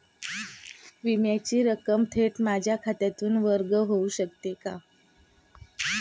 विम्याची रक्कम थेट माझ्या खात्यातून वर्ग होऊ शकते का?